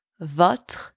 votre